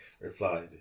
replied